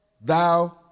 thou